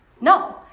No